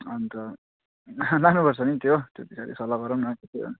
अन्त लानुपर्छ नि त्यो त्यो पछाडि सल्लाह गरौँ न